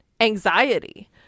anxiety